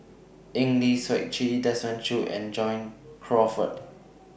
Eng Lee Seok Chee Desmond Choo and John Crawfurd